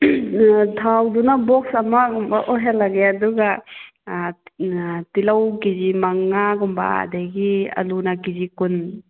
ꯊꯥꯎꯗꯨꯅ box ꯑꯃꯒꯨꯝꯕ ꯑꯣꯏꯍꯜꯂꯒꯦ ꯑꯗꯨꯒ ꯇꯤꯜꯂꯧ ꯀꯦꯖꯤ ꯃꯉꯥꯒꯨꯝꯕ ꯑꯗꯒꯤ ꯑꯂꯨꯅ ꯀꯦꯖꯤ ꯀꯨꯟ